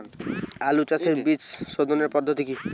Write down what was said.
আলু চাষের বীজ সোধনের পদ্ধতি কি?